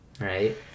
Right